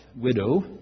widow